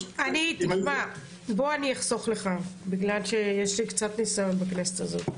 אני אחסוך לך, כי יש לי קצת ניסיון בכנסת הזאת.